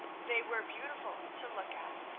they were beautiful to look at,